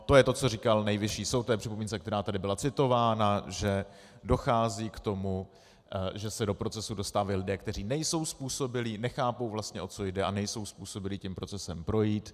To je to, co říkal Nejvyšší soud k té připomínce, která tady byla citována, že dochází k tomu, že se do procesu dostávají lidé, kteří nejsou způsobilí, nechápou vlastně, o co jde, a nejsou způsobilí tím procesem projít.